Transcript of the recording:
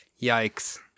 Yikes